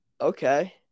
Okay